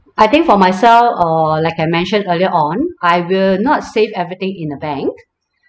I think for myself err like I mentioned earlier on I will not save everything in a bank